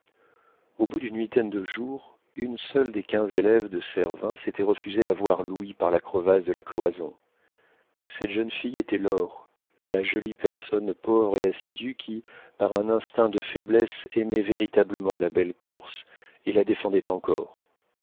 au bout d'une huitaine de jours une seule des quinze élèves de servin s'était refusée à voir louis par la crevasse de la cloison cette jeune fille était laure la jolie personne pauvre et assidue qui par un instinct de faiblesse aimait véritablement la belle corse et la défendait encore